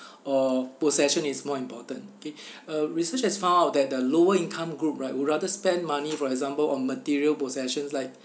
or possession is more important okay uh research has found that the lower income group right would rather spend money for example on material possessions like